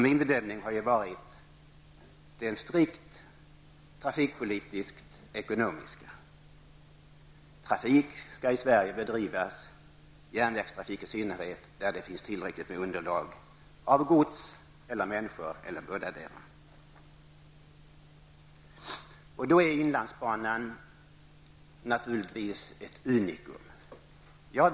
Min bedömning har varit den strikt trafikpolitiskt ekonomiska. Trafik och i synnerhet järnvägstrafik skall i Sverige bedrivas där det finns ett tillräckligt underlag för gods och persontransporter eller bådadera. Då är inlandsbanan naturligtvis ett unikum.